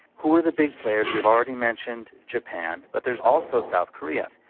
who are the big players? we've already mentioned japan, but there's also south korea.